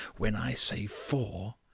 when i say four,